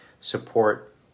support